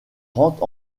rentre